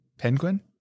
penguin